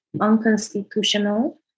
unconstitutional